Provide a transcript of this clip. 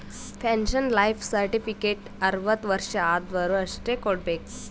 pension life certificate ಅರ್ವತ್ ವರ್ಷ ಆದ್ವರು ಅಷ್ಟೇ ಕೊಡ್ಬೇಕ